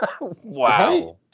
Wow